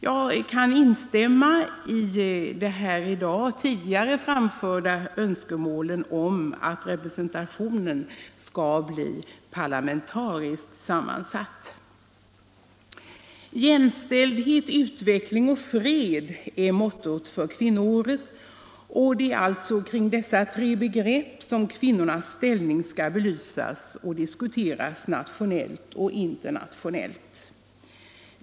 Jag vill instämma i de här i dag framförda önskemålen om att representationen skall bli parlamentariskt sammansatt. Jämställdhet, utveckling och fred är mottot för kvinnoåret. Och det är alltså utifrån dessa tre begrepp som kvinnornas ställning skall belysas och diskuteras nationellt och internationellt.